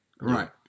Right